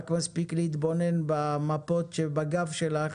רק מספיק להתבונן במפות שבגב שלך